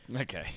Okay